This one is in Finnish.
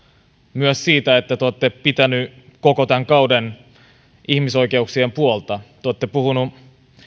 myös siitä että te olette pitäneet koko tämän kauden ihmisoikeuksien puolta te olette puhuneet